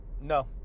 no